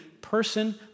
person